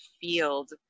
field